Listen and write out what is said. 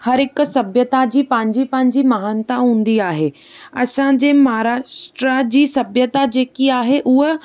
हर हिक सभ्यता जी पंहिंजी पंहिंजी महानता हूंदी आहे असां जे महाराष्ट्रा जी सभ्यता जेकी आहे उहा